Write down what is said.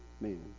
man